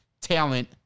talent